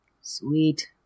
Sweet